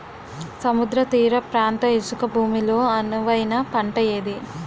సముద్ర తీర ప్రాంత ఇసుక భూమి లో అనువైన పంట ఏది?